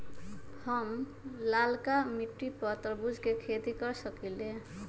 हम लालका मिट्टी पर तरबूज के खेती कर सकीले?